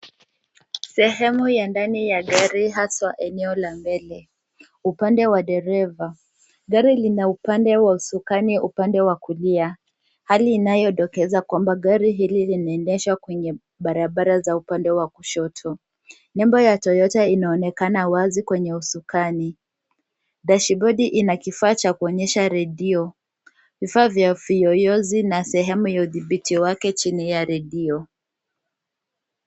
Sehemu ya ndani ya gari haswa eneo ya mbele. Upande wa dereva. Gari lina upande wa usukani, upande wa kulia. Hali inayodokeza kwamba gari hili linaendesha kwenye barabara za upande wa kushoto. Nembo ya Toyota inaonekana wazi kwenye usukani. Dashibodi ina kifaa cha kuonyesha redio. Vifaa vya kuyoyozi na sehemu ya udhibuke wake chini ya redio.